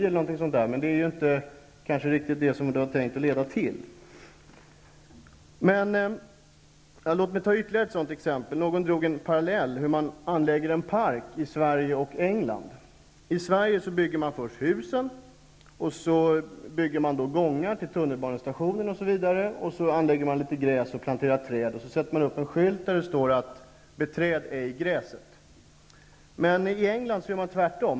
Men det är väl inte riktigt det som folk och bostadsräkningen är tänkt att leda till. Låt mig ta ett ytterligare exempel. Någon har dragit en parallell med hur en park kan anläggas i Sverige och i England. I Sverige byggs först husen, sedan anläggs gångar till tunnelbanestationen osv., sedan anläggs gräs och träd planteras. Därefter sätts en skylt upp där det står: ''Beträd ej gräset.'' I England gör man tvärt om.